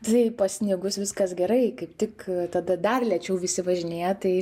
tai pasnigus viskas gerai kaip tik tada dar lėčiau visi važinėja tai